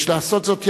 יש לעשות זאת יחד,